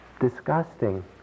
disgusting